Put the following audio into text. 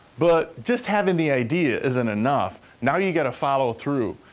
but just having the idea isn't enough. now, you gotta follow through.